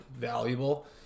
valuable